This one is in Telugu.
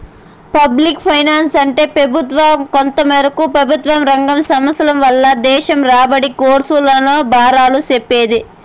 పబ్లిక్ ఫైనాన్సంటే పెబుత్వ, కొంతమేరకు పెబుత్వరంగ సంస్థల వల్ల దేశం రాబడి, కర్సు, లోన్ల బారాలు సెప్పేదే